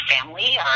family